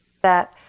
that